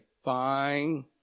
Fine